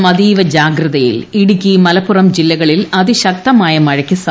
കേരളം അതീവ ജാഗ്രതയിൽ ഇടുക്കി മലപ്പുറം ജില്ലകളിൽ അതിശക്തമായ മഴയ്ക്ക് സാധ്യത